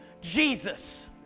Jesus